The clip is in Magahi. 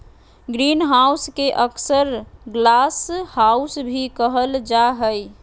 ग्रीनहाउस के अक्सर ग्लासहाउस भी कहल जा हइ